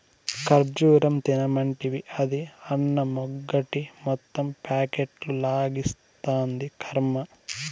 ఖజ్జూరం తినమంటివి, అది అన్నమెగ్గొట్టి మొత్తం ప్యాకెట్లు లాగిస్తాంది, కర్మ